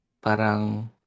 parang